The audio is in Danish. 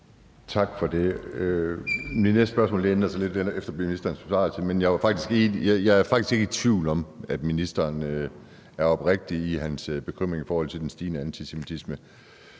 Tak for det. Mit næste spørgsmål ændrer sig lidt efter ministerens besvarelse. Jeg er faktisk ikke i tvivl om, at ministeren er oprigtig i sin bekymring i forhold til den stigende antisemitisme.